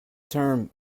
term